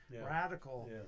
radical